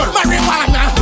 Marijuana